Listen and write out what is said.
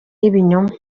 y’ibinyoma